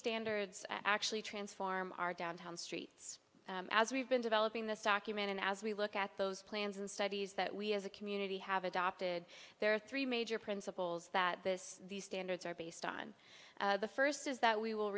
standards actually transform our downtown streets as we've been developing this document and as we look at those plans and studies that we as a community have adopted there are three major principles that this these standards are based on the first is that we w